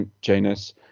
Janus